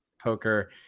poker